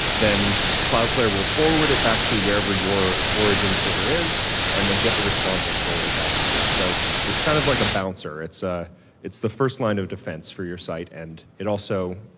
then cloudflare will forward it back to wherever your origin server is and then get the response and forward it back to you. so it's kind of like a bouncer. it's ah it's the first line of defense for your site and it also,